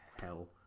hell